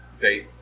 date